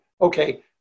okay